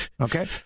okay